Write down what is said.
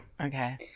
Okay